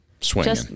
swinging